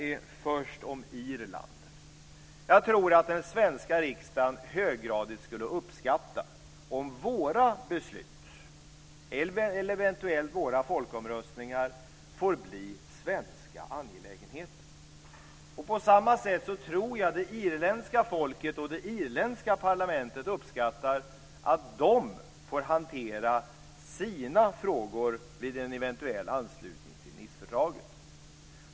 Den första gäller Irland. Jag tror att den svenska riksdagen höggradigt skulle uppskatta om våra beslut eller eventuellt våra folkomröstningar får bli svenska angelägenheter. På samma sätt tror jag att det irländska folket och det irländska parlamentet uppskattar att de får hantera sina frågor vid en eventuell anslutning till Nicefördraget.